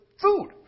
food